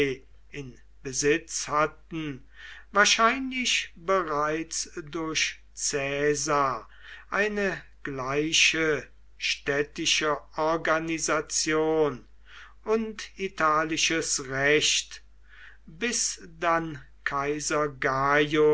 in besitz hatten wahrscheinlich bereits durch caesar eine gleiche städtische organisation und italisches recht bis dann kaiser